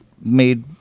made